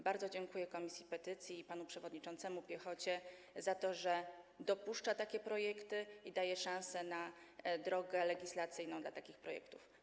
Bardzo dziękuję komisji petycji i panu przewodniczącemu Piechocie za to, że dopuszcza takie projekty i daje szansę na drogę legislacyjną takim projektom.